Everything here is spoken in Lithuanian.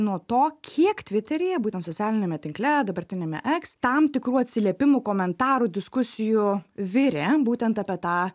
nuo to kiek tviteryje būtent socialiniame tinkle dabartiniame eks tam tikrų atsiliepimų komentarų diskusijų virė būtent apie tą